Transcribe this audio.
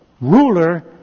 ruler